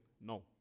No